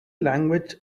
language